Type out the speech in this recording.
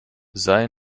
sei